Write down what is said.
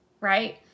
right